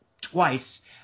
twice